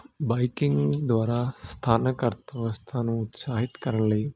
biking ਦੁਆਰਾ ਸਥਾਨਕ ਅਰਥ ਵਿਵਸਥਾ ਨੂੰ ਉਤਸਾਹਿਤ ਕਰਨ ਲਈ